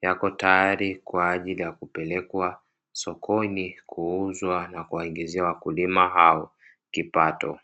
yako tayari kwaajili ya kupelekwa sokoni kuuzwa na kuwaingizia wakulima hao kipato.